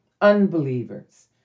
unbelievers